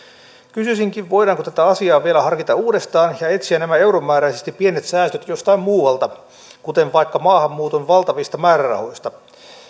kysyisinkin voidaanko tätä asiaa vielä harkita uudestaan ja etsiä nämä euromääräisesti pienet säästöt jostain muualta kuten vaikka maahanmuuton valtavista määrärahoista